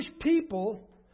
people